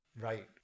Right